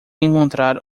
encontrar